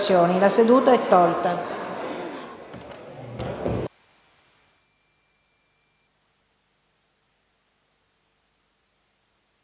La seduta è tolta